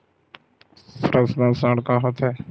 Personal ऋण का होथे?